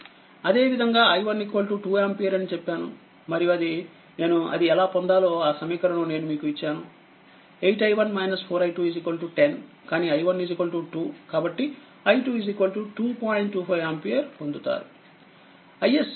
అదే విధంగాi12ఆంపియర్అని చెప్పాను మరియునేనుఅది ఎలా పొందాలో ఆ సమీకరణం నేను మీకు ఇచ్చాను 8i1 4i2 10 కానీ i1 2 కాబట్టిi2 2